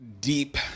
deep